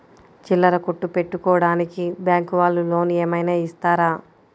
చిల్లర కొట్టు పెట్టుకోడానికి బ్యాంకు వాళ్ళు లోన్ ఏమైనా ఇస్తారా?